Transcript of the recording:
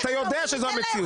אתה יודע שזו המציאות.